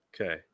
Okay